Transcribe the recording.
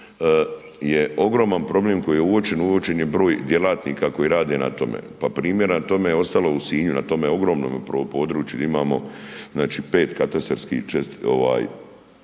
je ogroman problem koji je uočen, uočen je broj djelatnika koji rade na tome. Pa primjer, na tome je ostalo u Sinju na tome ogromnome području gdje imamo znači 5 katastarskih općina